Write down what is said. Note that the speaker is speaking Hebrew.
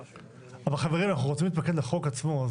אבל חברים, אנחנו רוצים להתמקד לחוק עצמו.